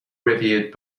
reviewed